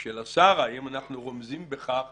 של השר, האם אנחנו רומזים בכך